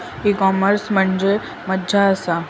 E commerce म्हणजे मझ्या आसा?